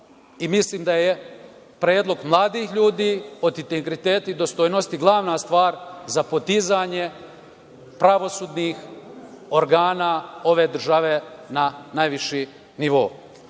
i mislim da je predlog mladih ljudi od integriteta i dostojnosti glavna stvar za podizanje pravosudnih organa ove države na najviši nivo.U